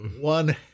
one